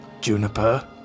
Juniper